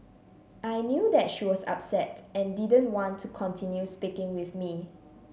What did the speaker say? I knew that she was upset and didn't want to continue speaking with me